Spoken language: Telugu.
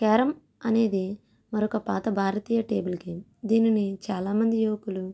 క్యారమ్ అనేది మరొక పాత భారతీయ టేబుల్ గేమ్ దీనిని చాలా మంది యువకులు మరియు